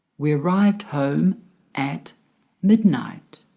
we arrive home at midnight.